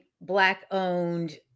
Black-owned